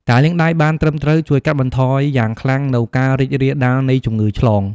ការលាងដៃបានត្រឹមត្រូវ ជួយកាត់បន្ថយយ៉ាងខ្លាំងនូវការរីករាលដាលនៃជំងឺឆ្លង។